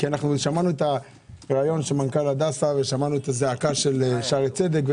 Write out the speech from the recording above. כי שמענו את הראיון של מנכ"ל הדסה ואת הזעקה של שערי צדק.